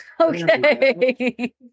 Okay